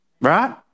Right